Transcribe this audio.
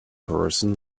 person